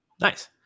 Nice